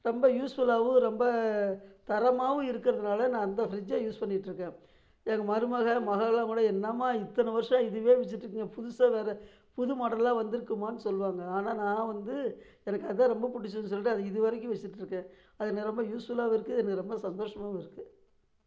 ரொம்ப யூஸ் ஃபுல்லாகவும் ரொம்ப தரமாகவும் இருக்கிறதுனால நான் அந்த ஃப்ரிட்ஜை யூஸ் பண்ணிக்கிட்டு இருக்கேன் எங்கள் மருமகள் மகள்லாம் கூட என்னம்மா இத்தனை வருஷம் இதுவே வச்சிகிட்டு இருக்கிங்க புதுசாக வேறு புது மாடல்லாம் வந்துருக்கும்மான்னு சொல்லுவாங்க ஆனால் நான் வந்து எனக்கு அதன் ரொம்ப பிடிச்சிருக்கு சொல்லிவிட்டு அதை இது வரைக்கும் வச்சிகிட்டு இருக்கேன் அது ரொம்ப யூஸ்ஃபுல்லாகவும் இருக்கு ரொம்ப சந்தோஷமாகவும் இருக்கு